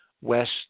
west